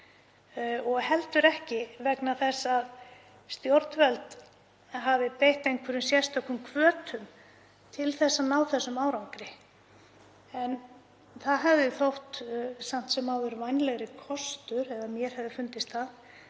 og heldur ekki vegna þess að stjórnvöld hafi beitt einhverjum sérstökum hvötum til að ná þessum árangri. En það hefði samt sem áður þótt vænlegri kostur, eða mér hefði fundist það,